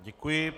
Děkuji.